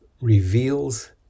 reveals